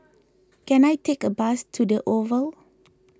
can I take a bus to the Oval